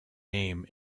name